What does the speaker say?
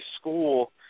school